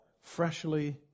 freshly